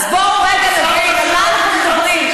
אז בואו רגע נבין על מה אנחנו מדברים,